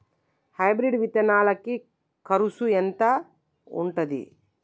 Hybrid విత్తనాలకి కరుసు ఎంత ఉంటది?